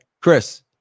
Chris